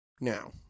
now